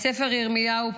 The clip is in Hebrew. בספר ירמיהו,